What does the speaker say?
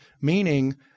meaning